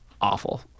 awful